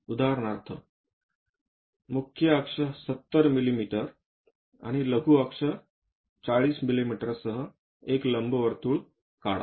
उदाहरणार्थ मुख्य अक्ष 70 मिमी आणि लघु अक्ष 40 मिमीसह एक लंबवर्तुळ काढा